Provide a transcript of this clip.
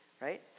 right